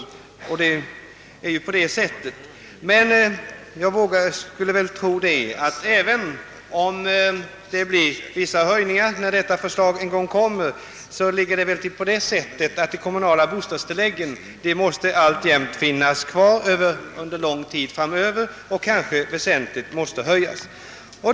Detta är riktigt. Men jag skulle tro att även om pensionsförsäkringskommitténs förslag, när det en gång framlägges, leder till vissa höjningar, så måste de kommunala bostadstilläggen alltjämt finnas kvar under lång tid och kanske väsentligt höjas.